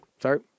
Sorry